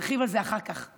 נרחיב על זה אחר כך.